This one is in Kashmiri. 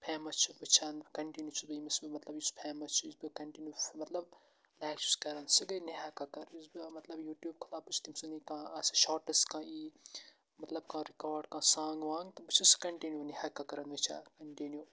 فیمَس چھُ وٕچھان کَنٹِنیوٗ چھُس بہٕ ییٚمِس مطلب یُس فیمَس چھُ یُس بہٕ کَنٹِنیوٗ مطلب لیک چھُس کَران سُہ گٔے نِہاککر کَران یُس بہٕ مطلب یوٗٹیوٗب کھُلاو بہٕ چھُس تٔمۍ سُنٛدی کانٛہہ آسان شاٹٕس کانٛہہ یی مطلب کانٛہہ رِکاڈ کانٛہہ سانٛگ وانٛگ تہٕ بہٕ چھُس سُہ کَنِٹنیوٗ نِہاککر کَران مےٚ چھا کَنٹِنیوٗ